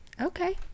okay